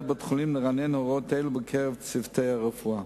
בית-החולים לרענן הוראות אלה בקרב צוותי הרפואה.